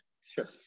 Sure